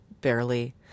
barely